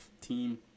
team